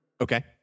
Okay